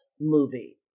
movie